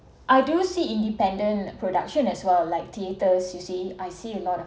I do see independent production as well like theaters you see I see a lot of